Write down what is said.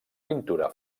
pintura